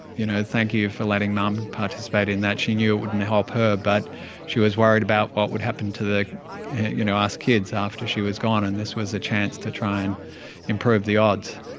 you know thank you for letting mum participate in that, she knew it wouldn't help her but she was worried about what would happen to you know ah us kids after she was gone and this was a chance to try and improve the odds.